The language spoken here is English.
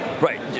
Right